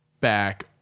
back